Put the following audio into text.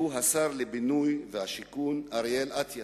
שהוא השר לבינוי ושיכון אריאל אטיאס,